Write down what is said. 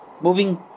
Moving